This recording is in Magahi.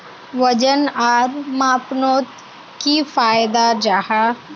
वजन आर मापनोत की फायदा जाहा?